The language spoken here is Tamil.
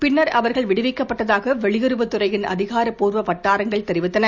பின்னர் அவர்கள் விடுவிக்கப்பட்டதாக வெளியுறவுத் துறையின் அதிகாரப் பூர்வ வட்டாரங்கள் தெரிவித்தன